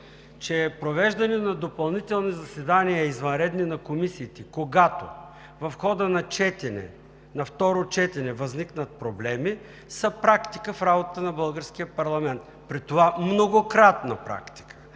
че провеждане на допълнителни извънредни заседания на комисиите, когато в хода на второ четене възникнат проблеми, са практика в работата на българския парламент, при това многократна практика.